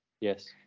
Yes